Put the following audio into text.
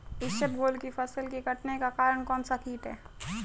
इसबगोल की फसल के कटने का कारण कौनसा कीट है?